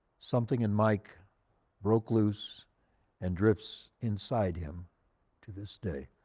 something in mike broke loose and drifts inside him to this day.